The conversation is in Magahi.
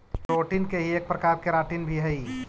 प्रोटीन के ही एक प्रकार केराटिन भी हई